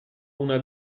una